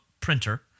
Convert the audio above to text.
printer